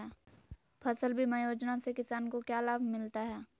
फसल बीमा योजना से किसान को क्या लाभ मिलता है?